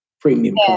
premium